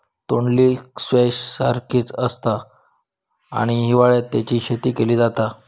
तोंडली स्क्वैश सारखीच आसता आणि हिवाळ्यात तेची शेती केली जाता